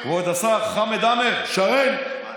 כבוד השר חמד עמאר, שרן,